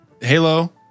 Halo